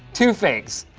two fakes.